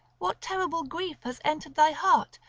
what terrible grief has entered thy heart?